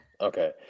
Okay